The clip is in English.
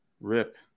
Rip